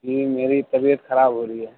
جی میری طبیعت خراب ہو رہی ہے